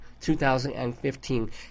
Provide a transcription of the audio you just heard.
2015